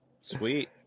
Sweet